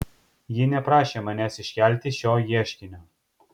ji neprašė manęs iškelti šio ieškinio